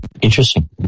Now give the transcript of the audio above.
Interesting